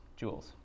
joules